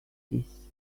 this